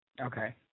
Okay